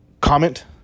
Comment